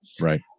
Right